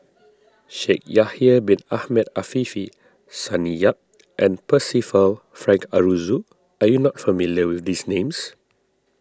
Shaikh Yahya Bin Ahmed Afifi Sonny Yap and Percival Frank Aroozoo you are not familiar with these names